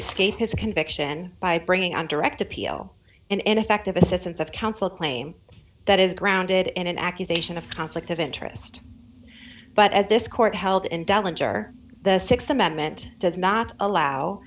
escape his conviction by bringing on direct appeal and ineffective assistance of counsel claim that is grounded in an accusation of conflict of interest but as this court held in dublin sure the th amendment does not allow